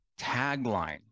tagline